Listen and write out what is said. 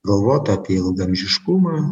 galvot apie ilgaamžiškumą